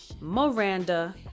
Miranda